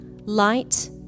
light